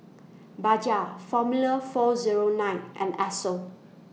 Bajaj Formula four Zero nine and Esso